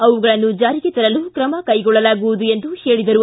ಅವುಗಳನ್ನು ಜಾರಿಗೆ ತರಲು ಕ್ರಮ ಕೈಗೊಳ್ಳಲಾಗುವುದು ಎಂದು ಹೇಳಿದರು